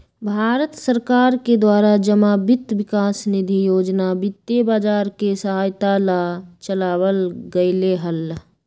भारत सरकार के द्वारा जमा वित्त विकास निधि योजना वित्तीय बाजार के सहायता ला चलावल गयले हल